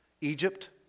Egypt